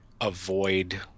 avoid